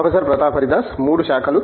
professor Pratap Haridas 3 శాఖలు